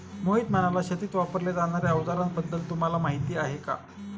मोहित म्हणाला, शेतीत वापरल्या जाणार्या अवजारांबद्दल तुम्हाला माहिती आहे का?